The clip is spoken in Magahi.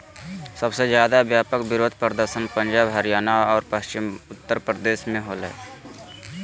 सबसे ज्यादे व्यापक विरोध प्रदर्शन पंजाब, हरियाणा और पश्चिमी उत्तर प्रदेश में होलय